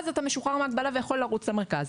אז אתה משוחרר מהגבלה ויכול לרוץ למרכז.